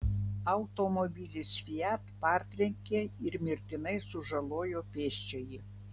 automobilis fiat partrenkė ir mirtinai sužalojo pėsčiąjį